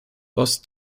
ost